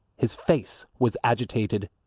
his face was agitated.